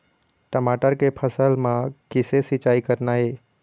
टमाटर के फसल म किसे सिचाई करना ये?